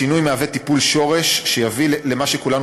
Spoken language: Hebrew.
השינוי מהווה טיפול שורש שיביא למה שכולנו